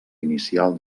inicial